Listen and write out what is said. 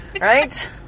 Right